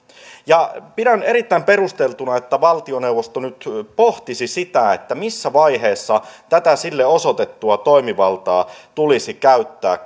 pidän erittäin perusteltuna että valtioneuvosto nyt pohtisi sitä missä vaiheessa tätä sille osoitettua toimivaltaa tulisi käyttää